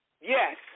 Yes